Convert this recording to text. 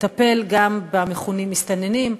לטפל גם במכונים מסתננים,